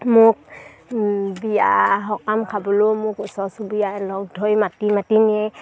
মোক বিয়া সকাম খাবলৈও মোক ওচৰ চুুবুৰীয়াই লগ ধৰি মাতি মাতি নিয়ে